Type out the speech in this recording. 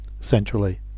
centrally